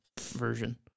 version